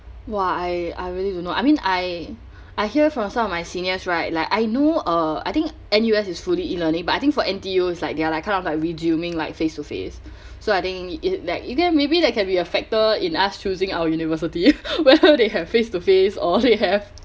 !wah! I I really don't know I mean I I hear from some of my seniors right like I know uh I think N_U_S is fully e-learning but I think for N_T_U is like they are like kind of like resuming like face to face so I think it that it can maybe that can be a factor in us choosing our university whether they have face to face or they have